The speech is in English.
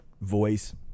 voice